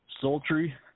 sultry